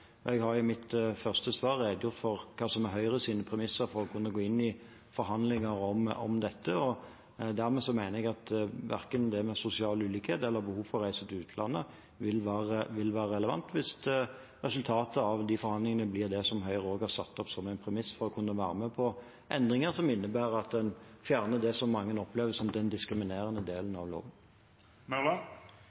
Jeg har i mitt første svar redegjort for hva som er Høyres premisser for å kunne gå inn i forhandlinger om dette. Dermed mener jeg at verken det med sosial ulikhet eller behov for å reise til utlandet vil være relevant, hvis resultatet av forhandlingene blir det som Høyre også har satt opp som et premiss for å kunne være med på endringer som innebærer at en fjerner det som mange opplever som den diskriminerende delen av loven.